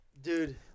dude